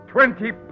Twenty